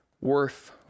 worth